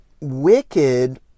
wicked